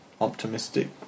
optimistic